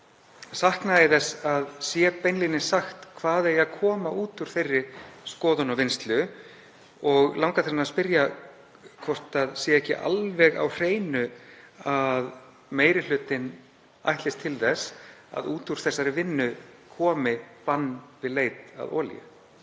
að það sé beinlínis sagt hvað eigi að koma út úr þeirri skoðun og vinnslu. Mig langar því til að spyrja hvort það sé ekki alveg á hreinu að meiri hlutinn ætlist til þess að út úr þessari vinnu komi bann við leit að olíu.